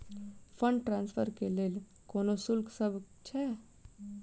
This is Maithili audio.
फंड ट्रान्सफर केँ लेल कोनो शुल्कसभ छै?